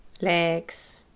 legs